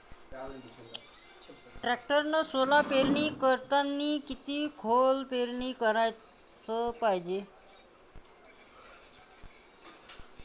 टॅक्टरनं सोला पेरनी करतांनी किती खोल पेरनी कराच पायजे?